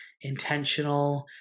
intentional